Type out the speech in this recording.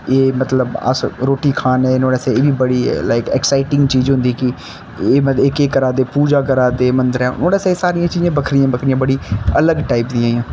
एह् मतलब अस रूट्टी खाने नुहाड़े आस्तै एह् बी बड़ी लाइक एक्साइटिंग चीज होंदी कि मतलब एह् केह् करा दे पूजा करा दे मंदरें बड़ा स्हेई सारियां चीजां बक्खरियां बक्खरियां बड़ी अलग टाइप दियां